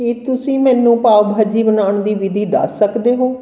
ਕੀ ਤੁਸੀਂ ਮੈਨੂੰ ਪਾਵ ਭਾਜੀ ਬਣਾਉਣ ਦੀ ਵਿਧੀ ਦੱਸ ਸਕਦੇ ਹੋ